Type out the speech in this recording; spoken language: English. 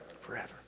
Forever